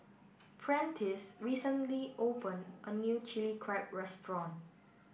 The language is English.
Prentice recently opened a new Chilli Crab Restaurant